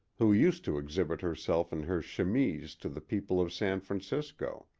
who used to exhibit herself in her chemise to the people of san francisco.